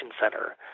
center